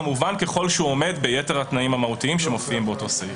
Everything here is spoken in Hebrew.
כמובן ככל שהוא עומד ביתר התנאים המהותיים שמופיעים באותו סעיף.